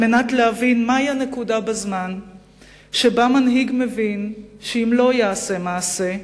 על מנת להבין מהי הנקודה בזמן שבה מנהיג מבין שאם לא יעשה מעשה,